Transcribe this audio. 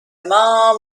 mom